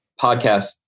podcast